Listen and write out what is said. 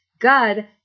God